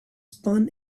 spun